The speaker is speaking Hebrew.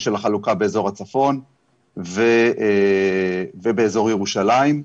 של החלוקה באזור הצפון ובאזור ירושלים.